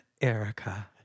Erica